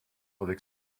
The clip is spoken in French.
avec